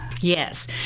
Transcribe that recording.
Yes